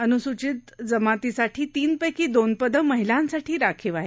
अन्सूचित जमातीसाठी तीनपैकी दोन पदे महिलांसाठी राखीव आहेत